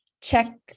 check